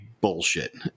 bullshit